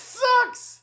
sucks